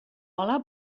cola